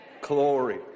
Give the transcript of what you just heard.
Glory